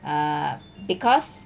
uh because